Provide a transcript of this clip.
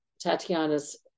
tatiana's